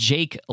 Jake